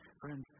Friends